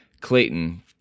Clayton